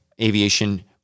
aviation